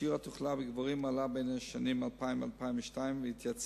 שיעור התחלואה בגברים עלה בשנים 2000 2002 והתייצב